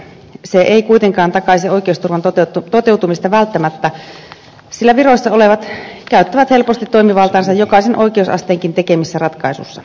se ei kuitenkaan takaisi oikeusturvan toteutumista välttämättä sillä viroissa olevat käyttävät helposti toimivaltaansa jokaisen oikeusasteenkin tekemissä ratkaisuissa